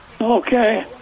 Okay